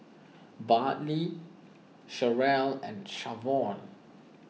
Bartley Sharyl and Shavon